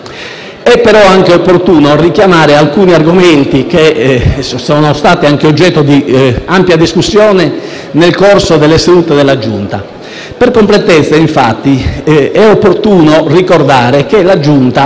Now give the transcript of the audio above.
È però opportuno anche richiamare alcuni argomenti che sono stati oggetto di ampia discussione nel corso delle sedute della Giunta. Per completezza, infatti, è opportuno ricordare che la Giunta